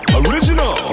original